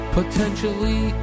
potentially